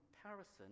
comparison